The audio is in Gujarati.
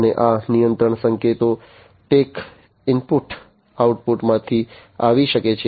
અને આ નિયંત્રણ સંકેતો ટેક ઇનપુટ આઉટપુટમાંથી આવી શકે છે